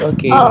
Okay